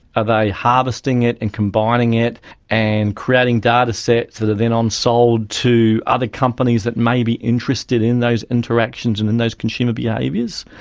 are they harvesting it and combining it and creating datasets that are then on-sold to other companies that may be interested in those interactions and and those consumer behaviours,